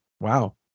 Wow